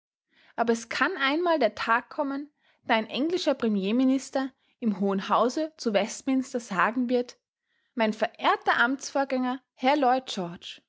aber es kann einmal der tag kommen da ein englischer premierminister im hohen hause zu westminster sagen wird mein verehrter amtsvorgänger herr lloyd george